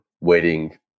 waiting